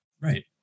right